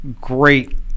great